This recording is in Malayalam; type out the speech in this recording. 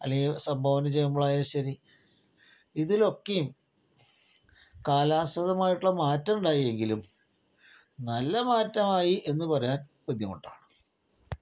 അല്ലെങ്കില് സംഭാവന ചെയ്യുമ്പോഴായാലും ശരി ഇതിലൊക്കെയും കലാനുസൃതമായിട്ടുള്ള മാറ്റം ഉണ്ടായി എങ്കിലും നല്ല മാറ്റമായി എന്ന് പറയാൻ ബുദ്ധിമുട്ടാണ്